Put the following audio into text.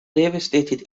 devastated